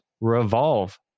revolve